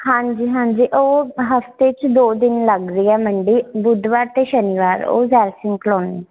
ਹਾਂਜੀ ਹਾਂਜੀ ਉਹ ਹਫਤੇ 'ਚ ਦੋ ਦਿਨ ਲੱਗਦੀ ਹੈ ਮੰਡੀ ਬੁੱਧਵਾਰ ਅਤੇ ਸ਼ਨੀਵਾਰ ਉਹ ਜ਼ੈਲ ਸਿੰਘ ਕਲੋਨੀ